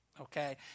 okay